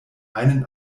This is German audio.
einen